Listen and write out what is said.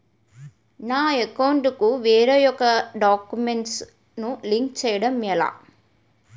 నా అకౌంట్ కు వేరే అకౌంట్ ఒక గడాక్యుమెంట్స్ ను లింక్ చేయడం ఎలా?